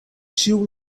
ĉiu